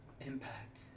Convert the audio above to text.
Impact